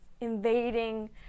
invading